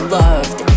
loved